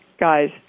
guys